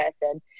person